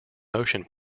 motion